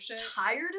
tired